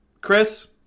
Chris